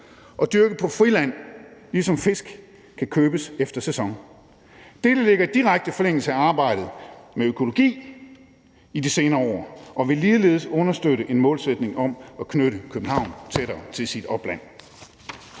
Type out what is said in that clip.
og dyrket på friland, ligesom fisk kan købes efter sæson. Dette ligger i direkte forlængelse af arbejdet med økologi i de senere år og vil ligeledes understøtte en målsætning om at knytte København tættere til sit opland.